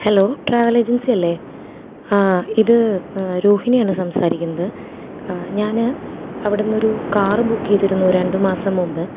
hello travel agency അല്ലെ ആ ഇത് രോഹിണിയാണ് സംസാരിക്കുന്നത് ഞാൻ അവിടന്നൊരു കാറ് ബുക്ക് ചെയ്തിരുന്നു രണ്ട് മാസം മുമ്പ്